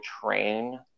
train